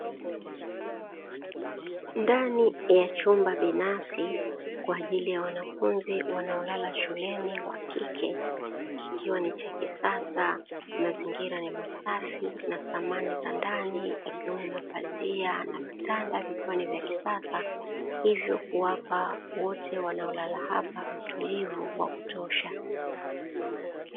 Ndani ya chumba binafsi kwa ajili ya wanafunzi wanaolala shuleni wa kike, ikiwa ni cha kisasa mazingira ni masafi na samani za ndani ya kiungo mapazia na vitanda vikawa ni vya kisasa hivyo kuwapa wote wanaolala hapa utulivu wa kutosha.